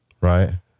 right